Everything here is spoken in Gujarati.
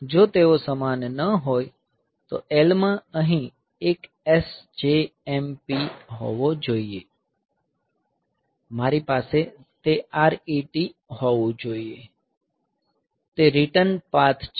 જો તેઓ સમાન ન હોય તો L માં અહીં એક SJMP હોવો જોઈએ મારી પાસે તે RET હોવું જોઈએ ટે રીટર્ન પાથ છે